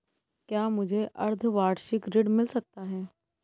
क्या मुझे अर्धवार्षिक ऋण मिल सकता है?